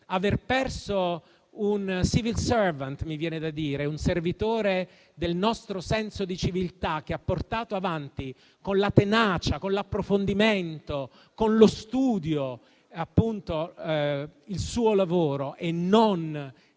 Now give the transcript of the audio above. servant*, un servitore del nostro senso di civiltà, che ha portato avanti con la tenacia, con l'approfondimento e con lo studio il suo lavoro e non